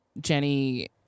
Jenny